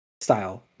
style